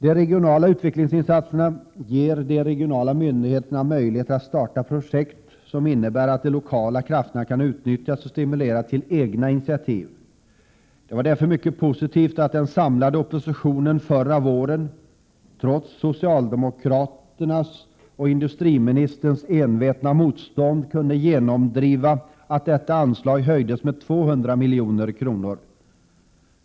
De regionala utvecklingsinsatserna ger de regionala myndigheterna möjligheter att starta projekt som innebär att de lokala krafterna kan utnyttjas och stimuleras till egna initiativ. Det var därför mycket positivt att den samlade oppositionen förra våren trots socialdemokraternas och industriministerns envetna motstånd kunde genomdriva att detta anslag höjdes med 200 milj.kr.